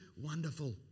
wonderful